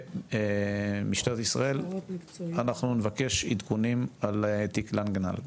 משטרת ישראל אנחנו נבקש עדכונים על תיק להנגהל,